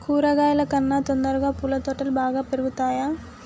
కూరగాయల కన్నా తొందరగా పూల తోటలు బాగా పెరుగుతయా?